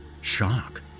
Shock